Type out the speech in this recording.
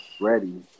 ready